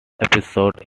episode